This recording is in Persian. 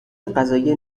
قضایی